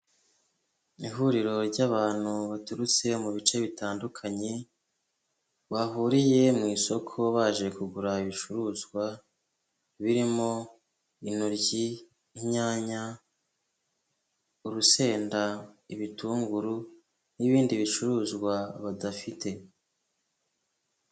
Ihuriro ry abantu baturutse mu bice bitandukanye, bahuriye mu isoko baje kugura ibicuruzwa, birimo intoryi, inyanya, urusenda, ibitunguru n'ibindi bicuruzwa badafite.